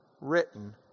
written